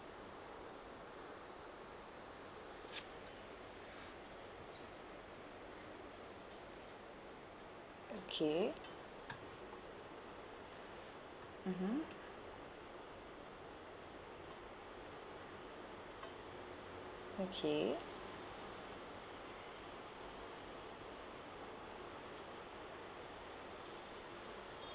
okay mmhmm okay